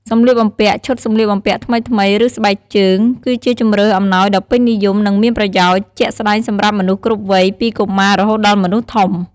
សម្លៀកបំពាក់ ឈុតសម្លៀកបំពាក់ថ្មីៗ ឬ ស្បែកជើង គឺជាជម្រើសអំណោយដ៏ពេញនិយម និងមានប្រយោជន៍ជាក់ស្តែងសម្រាប់មនុស្សគ្រប់វ័យ ពីកុមារ រហូតដល់មនុស្សធំ។